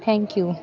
thank you